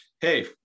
hey